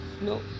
no